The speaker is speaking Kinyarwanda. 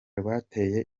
rwateye